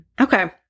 okay